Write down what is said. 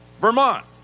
Vermont